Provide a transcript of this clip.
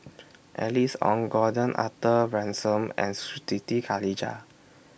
Alice Ong Gordon Arthur Ransome and Siti Khalijah